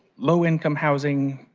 low income housing,